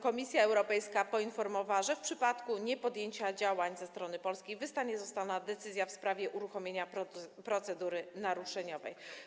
Komisja Europejska poinformowała, że w przypadku niepodjęcia działań ze strony polskiej zostanie wydana decyzja w sprawie uruchomienia procedury naruszeniowej.